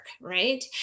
right